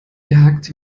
jagd